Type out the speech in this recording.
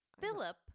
Philip